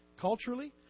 Culturally